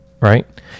right